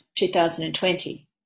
2020